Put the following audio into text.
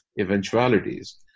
eventualities